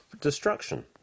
destruction